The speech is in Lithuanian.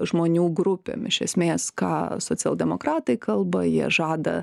žmonių grupėm iš esmės ką socialdemokratai kalba jie žada